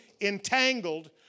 entangled